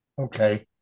Okay